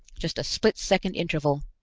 just a split-second interval.